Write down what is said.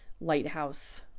lighthouse